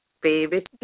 baby